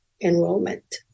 enrollment